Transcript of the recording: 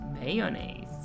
mayonnaise